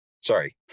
Sorry